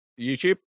YouTube